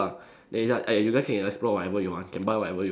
they like eh you guys can explore whatever you want can buy whatever you want